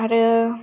आरो